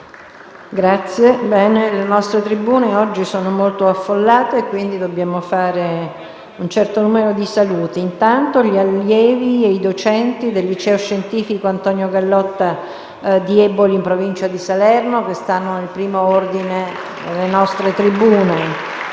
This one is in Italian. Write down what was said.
finestra"). Le nostre tribune oggi sono molto affollate e, quindi, dobbiamo fare un certo numero di saluti. Sono presenti gli allievi e i docenti del Liceo scientifico «Antonio Gallotta» di Eboli, in provincia di Salerno, che stanno nel primo ordine delle nostre tribune.